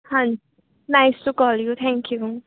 ਹਾਂਜੀ nice to call you thank you